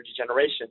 degeneration